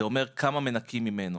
זה אומר כמה מנכים ממנו.